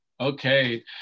okay